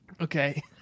Okay